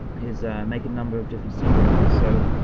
is make a number of different scene directors. so,